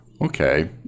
okay